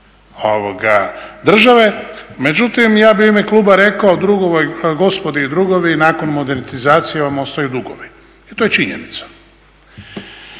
ove države. Međutim, ja bih u ime kluba rekao … gospodo … nakon monetizacije vam ostaju dugovi i to je činjenica.